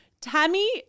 Tammy-